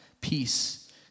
peace